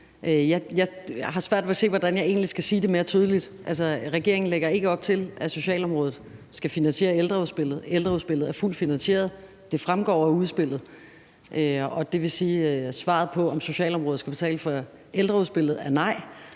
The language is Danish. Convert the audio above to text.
Jeg har svært ved at se, hvordan jeg egentlig skal sige det mere tydeligt. Altså, regeringen lægger ikke op til, at socialområdet skal finansiere ældreudspillet. Ældreudspillet er fuldt finansieret. Det fremgår af udspillet. Det vil sige, at svaret på, om socialområdet skal betale for ældreudspillet, er,